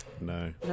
no